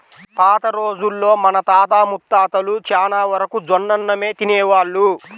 పాత రోజుల్లో మన తాత ముత్తాతలు చానా వరకు జొన్నన్నమే తినేవాళ్ళు